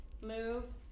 move